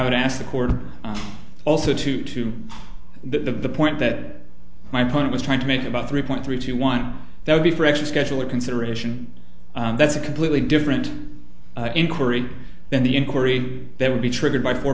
would ask the court also to to the point that my opponent was trying to make about three point three to one that would be for actual schedule of consideration and that's a completely different inquiry than the inquiry that would be triggered by four